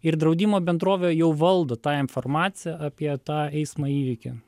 ir draudimo bendrovė jau valdo tą informaciją apie tą eismo įvykį